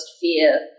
fear